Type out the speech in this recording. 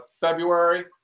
February